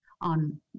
on